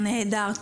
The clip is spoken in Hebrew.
נהדר.